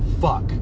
fuck